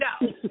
No